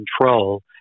control